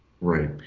Right